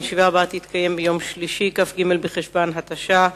הישיבה הבאה תתקיים ביום שלישי, כ"ג בחשוון התש"ע,